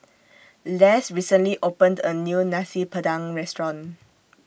Less recently opened A New Nasi Padang Restaurant